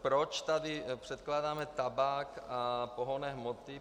Proč tady předkládáme tabák a pohonné hmoty?